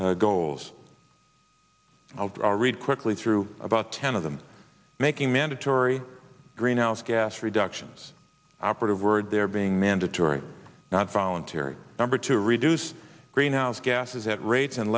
goals i'll read quickly through about ten of them making mandatory greenhouse gas reductions operative word there being mandatory not voluntary number to reduce greenhouse gases at